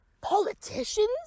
Politicians